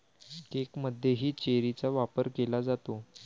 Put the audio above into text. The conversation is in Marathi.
केकमध्येही चेरीचा वापर केला जातो